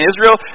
Israel